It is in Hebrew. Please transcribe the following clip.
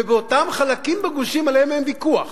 ובאותם חלקים בגושים שעליהם אין ויכוח.